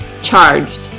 Charged